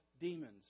demons